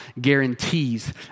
guarantees